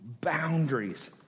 boundaries